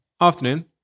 Afternoon